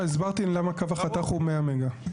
לא, הסברתי למה קו החתך הוא 100 מגה.